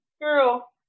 Girl